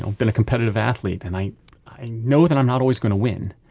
been a competitive athlete. and i i know that i'm not always going to win,